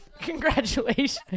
Congratulations